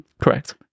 Correct